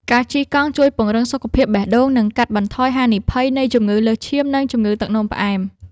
ការជិះកង់ជួយពង្រឹងសុខភាពបេះដូង និងកាត់បន្ថយហានិភ័យនៃជំងឺលើសឈាម និងជំងឺទឹកនោមផ្អែម។